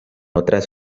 otras